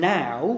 now